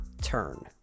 turn